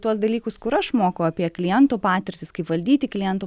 tuos dalykus kur aš moku apie klientų patirtis kaip valdyti klientų